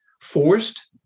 forced